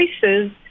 choices